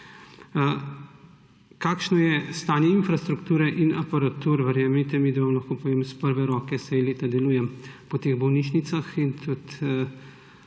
Kakšno je stanje infrastrukture in aparatur? Verjemite mi, da vam lahko povem iz prve roke, saj leta delujem po teh bolnišnicah. In tudi